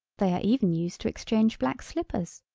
they are even used to exchange black slippers.